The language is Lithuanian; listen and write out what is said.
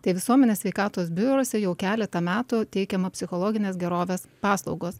tai visuomenės sveikatos biuruose jau keletą metų teikiama psichologinės gerovės paslaugos